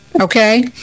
Okay